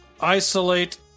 isolate